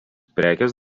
prekės